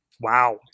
Wow